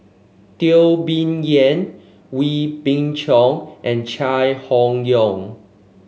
Teo Bee Yen Wee Beng Chong and Chai Hon Yoong